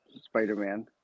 Spider-Man